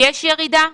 יש ירידה?